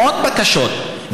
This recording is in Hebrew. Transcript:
מאות בקשות,